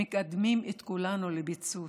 מקדמים את כולנו לפיצוץ.